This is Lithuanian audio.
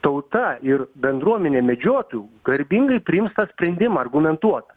tauta ir bendruomenė medžiotojų garbingai priims tą sprendimą argumentuotą